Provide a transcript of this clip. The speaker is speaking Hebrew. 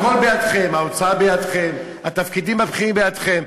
הכול בידכם, האוצר בידכם, התפקידים הבכירים בידכם.